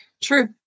True